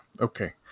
Okay